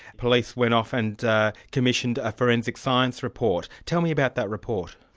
police went off and commissioned a forensic science report. tell me about that report.